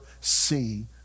see